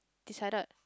decided